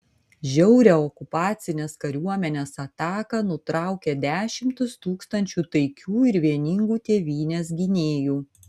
žiaurią okupacinės kariuomenės ataką nutraukė dešimtys tūkstančių taikių ir vieningų tėvynės gynėjų